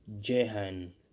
Jehan